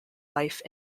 life